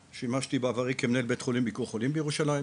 שימשתי בעברי כמנהל בית החולים ביקור חולים בירושלים,